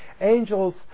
angels